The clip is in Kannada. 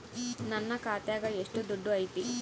ನನ್ನ ಖಾತ್ಯಾಗ ಎಷ್ಟು ದುಡ್ಡು ಐತಿ?